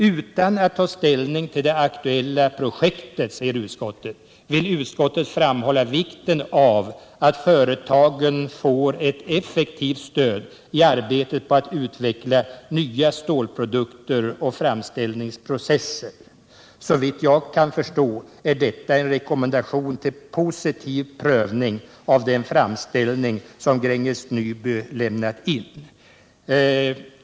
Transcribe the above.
Utan att ta ställning till det aktuella projektet vill utskottet framhålla vikten av att företagen får ett effektivt stöd i arbetet på att utveckla nya stålprodukter och framställningsprocesser.” Såvitt jag kan förstå, är detta en rekommendation till fortsatt prövning av den framställning som Gränges Nyby lämnat in.